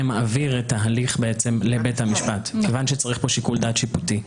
מעביר את ההליך לבית המשפט כיוון שצריך כאן שיקול דעת שיפוטי.